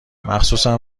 مخصوصا